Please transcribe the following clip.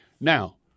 Now